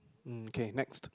mm K next